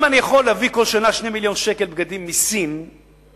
אם אני יכול להביא בכל שנה ב-2 מיליוני שקל בגדים מסין לנזקקים,